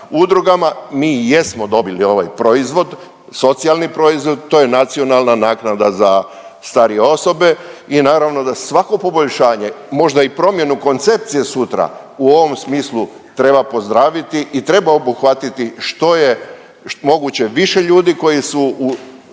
udrugama, mi i jedno dobili ovaj proizvod, socijalni proizvod, to je nacionalna naknada za starije osobe i naravno da svako poboljšanje, možda i promjenu koncepcije sutra u ovom smislu treba pozdraviti i treba obuhvatiti što je moguće više ljudi koji su